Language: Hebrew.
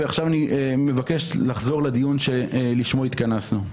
ועכשיו אני מבקש לחזור לדיון שלשמו התכנסנו.